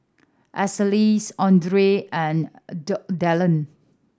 Aracely's Audry and Dillion